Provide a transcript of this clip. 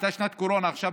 הייתה שנת קורונה עכשיו,